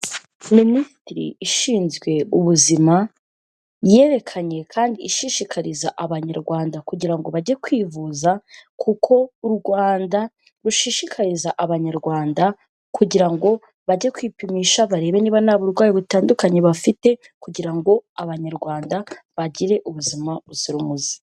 Minisiteri ishinzwe Ubuzima yerekanye kandi ishishikariza Abanyarwanda kugira ngo bajye kwivuza, kuko u Rwanda rushishikariza Abanyarwanda kugira ngo bajye kwipimisha, barebe niba nta burwayi butandukanye bafite, kugira ngo Abanyarwanda bagire ubuzima buzira umuze.